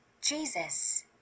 Jesus